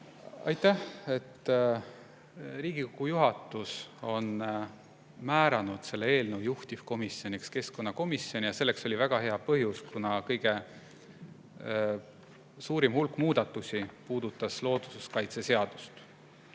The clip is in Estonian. Aitäh! Riigikogu juhatus on määranud selle eelnõu juhtivkomisjoniks keskkonnakomisjoni. Selleks oli väga hea põhjus: kõige suurem hulk muudatusi puudutas looduskaitseseadust.